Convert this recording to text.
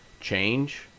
change